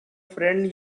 friend